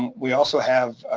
we also have.